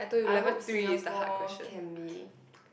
I hope Singapore can be